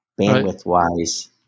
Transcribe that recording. bandwidth-wise